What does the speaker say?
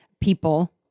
people